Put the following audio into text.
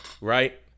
Right